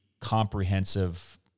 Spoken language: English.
comprehensive